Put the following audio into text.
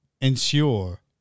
ensure